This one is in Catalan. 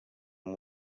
amb